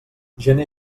gener